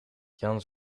jan